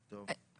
טוב.